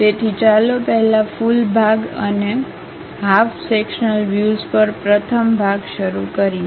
તેથી ચાલો પહેલા ફુલ ભાગ અને હાફ સેક્શન્લ વ્યુઝ પર પ્રથમ ભાગ શરૂ કરીએ